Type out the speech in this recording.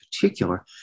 particular